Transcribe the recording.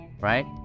right